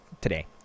today